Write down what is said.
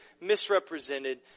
misrepresented